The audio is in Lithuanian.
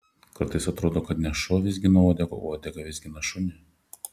kartais atrodo kad ne šuo vizgina uodegą o uodega vizgina šunį